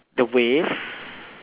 the waves